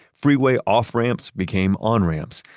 freeway off-ramps became on-ramps,